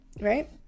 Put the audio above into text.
right